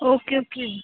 okay okay